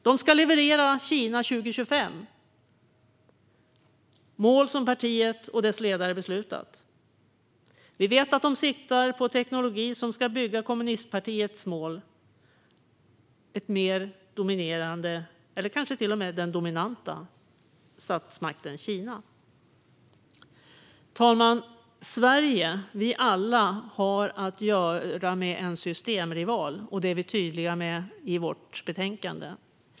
De ska leverera i enlighet med ett mål om Kina 2025 som partiet och dess ledare beslutat om. Vi vet att de sitter på teknologi som ska bygga kommunistpartiets mål: ett mer dominerande Kina eller kanske till och med den dominanta statsmakten Kina. Fru talman! Sverige - vi alla - har att göra med en systemrival. Det är vi tydliga med i vårt betänkande.